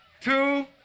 two